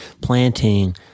planting